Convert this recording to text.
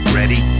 ready